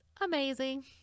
amazing